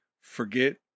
forget